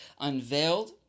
unveiled